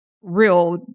real